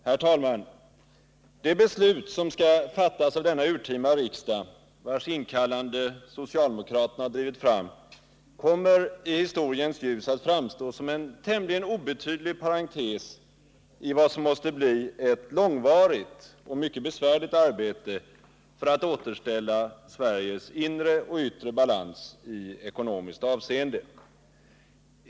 Herr talman! Det beslut som skall fattas av denna urtima riksdag, vars inkallande socialdemokraterna har drivit fram, kommer i historiens ljus att framstå som en tämligen obetydlig parentes i vad som måste bli ett långvarigt och mycket besvärligt arbete för att återställa Sveriges inre och yttre balans i ekonomiskt avseende.